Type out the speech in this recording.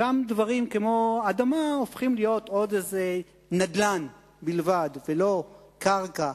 גם דברים כמו אדמה הופכים להיות עוד איזה נדל"ן בלבד ולא קרקע,